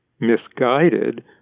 misguided